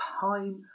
Time